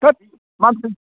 थोद मा